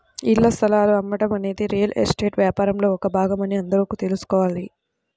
ఇళ్ల స్థలాలు అమ్మటం అనేది రియల్ ఎస్టేట్ వ్యాపారంలో ఒక భాగమని అందరూ తెల్సుకోవాలి